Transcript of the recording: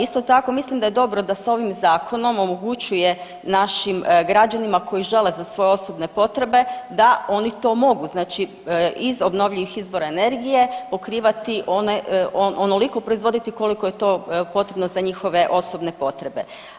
Isto tako mislim da je dobro da sa ovim zakonom omogućuje našim građanima koji žele za svoje osobne potrebe da oni to mogu, znači iz obnovljivih izvora energije pokrivati onoliko proizvoditi koliko je to potrebno za njihove osobne potrebe.